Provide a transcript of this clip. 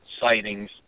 sightings